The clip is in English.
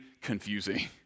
confusing